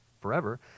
forever